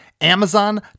Amazon